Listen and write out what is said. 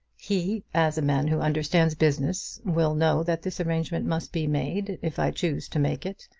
he, as a man who understands business, will know that this arrangement must be made, if i choose to make it.